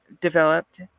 developed